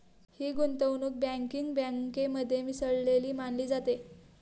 ही गुंतवणूक बँकिंग बँकेमध्ये मिसळलेली मानली जाते